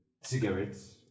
cigarettes